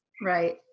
Right